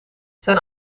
zijn